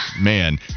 Man